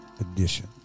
edition